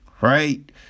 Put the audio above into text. right